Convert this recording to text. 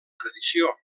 tradició